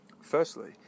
Firstly